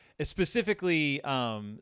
Specifically